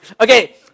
Okay